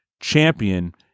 champion